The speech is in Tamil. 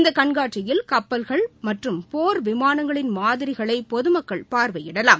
இந்த கண்காட்சியில் கப்பல்கள் மற்றும் போர் விமானங்களின் மாதிரிகளை பொதுமக்கள் பார்வையிடலாம்